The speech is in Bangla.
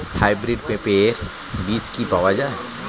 হাইব্রিড পেঁপের বীজ কি পাওয়া যায়?